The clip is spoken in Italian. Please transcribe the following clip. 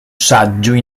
saggio